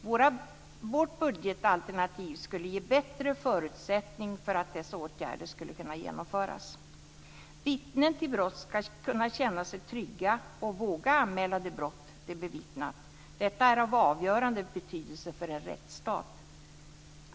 Vårt budgetalternativ skulle ge bättre förutsättningar för att kunna vidta dessa åtgärder. Vittnen till brott ska kunna känna sig trygga och våga anmäla de brott som de bevittnat. Detta är av avgörande betydelse för en rättsstat.